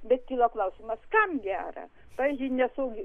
bet kyla klausimas kam gerą pavyzdžiui nesaugi